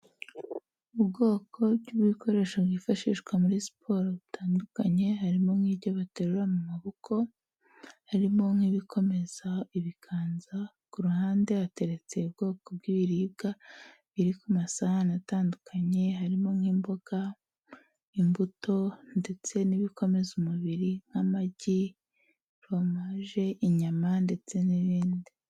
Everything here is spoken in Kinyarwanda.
Ubwoko bw'ibikoresho byifashishwa muri siporo butandukanye, harimo nk'ibyo baterura mu maboko, harimo nk'ibikomeza ibiganza, ku ruhande hateretse ubwoko bw'ibiribwa biri ku masahani atandukanye, harimo nk'imboga, imbuto ndetse n'ibikomeza umubiri nk'amagi, romaje, inyama ndetse n'ibindi.